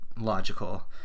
logical